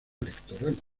electoral